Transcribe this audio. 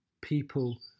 people